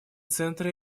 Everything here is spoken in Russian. центры